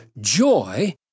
joy